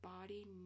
body